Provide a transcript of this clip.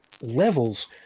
levels